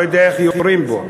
לא יודע איך יורים בו.